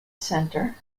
center